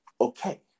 okay